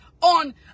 on